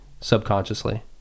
subconsciously